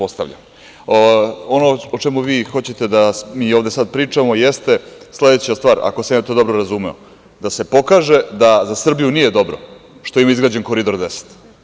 Ono o čemu vi sada vi hoćete da mi sada pričamo jeste sledeća stvar ako sam ja dobro razumeo, da se pokaže da za Srbiju nije dobro što je izgrađen Koridor 10.